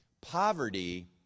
Poverty